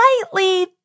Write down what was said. slightly